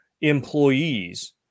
employees